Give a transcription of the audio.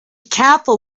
careful